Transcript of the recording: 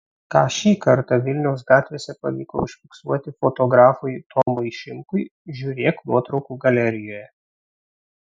ką šį kartą vilniaus gatvėse pavyko užfiksuoti fotografui tomui šimkui žiūrėk nuotraukų galerijoje